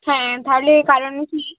হ্যাঁ তাহলে কারণ কী